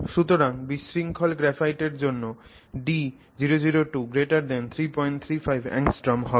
সুতরাং বিশৃঙ্খল গ্রাফাইট এর জন্য d002 335 angstroms হবে